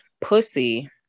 Pussy